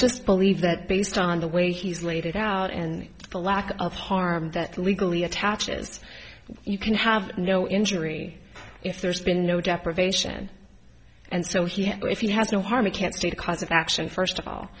just believe that based on the way he's laid it out and the lack of harm that legally attaches to you can have no injury if there's been no deprivation and so he if he has no harm you can't take a cause of action first of all